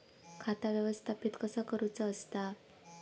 खाता व्यवस्थापित कसा करुचा असता?